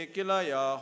Kilaya